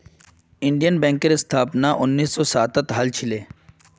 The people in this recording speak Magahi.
इंडियन बैंकेर स्थापना उन्नीस सौ सातत हल छिले